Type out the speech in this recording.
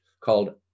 called